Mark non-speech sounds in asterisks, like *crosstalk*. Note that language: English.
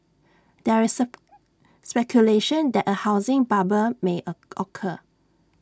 there is *unintelligible* speculation that A housing bubble may A occur